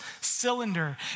cylinder